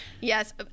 Yes